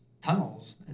tunnels